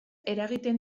eragiten